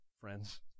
friends